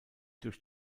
durch